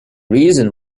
reason